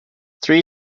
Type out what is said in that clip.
three